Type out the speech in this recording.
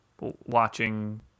watching